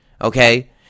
Okay